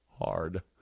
hard